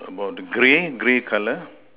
about the grey grey color